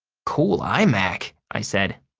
cool imac, i said.